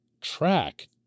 track